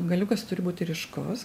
galiukas turi būti ryškus